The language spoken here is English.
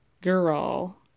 girl